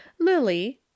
lily